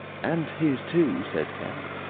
and his too, said kemp.